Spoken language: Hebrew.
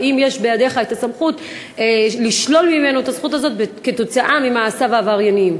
האם יש בידיך סמכות לשלול ממנו את הזכות הזאת כתוצאה ממעשיו העברייניים?